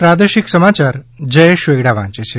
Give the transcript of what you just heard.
પ્રાદેશિક સમાચાર જયેશ વેગડા વાંચે છે